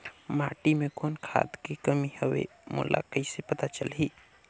माटी मे कौन खाद के कमी हवे मोला कइसे पता चलही?